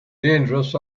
dangerous